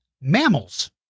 mammals